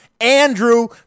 Andrew